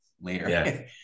later